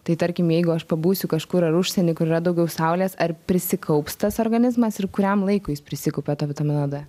tai tarkim jeigu aš pabūsiu kažkur ar užsieny kur yra daugiau saulės ar prisikaups tas organizmas ir kuriam laikui jis prisikaupia to vidamino d